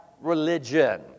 religion